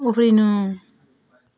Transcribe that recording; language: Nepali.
उफ्रिनु